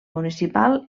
municipal